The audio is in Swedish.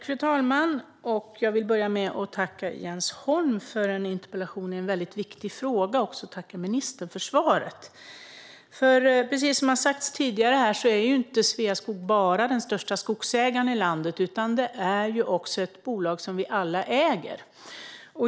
Fru talman! Jag vill börja med att tacka Jens Holm för en väldigt viktig interpellation och även tacka ministern för svaret. Precis som har sagts tidigare här är inte Sveaskog bara den största skogsägaren i landet, utan det är också ett bolag som vi alla äger.